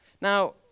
Now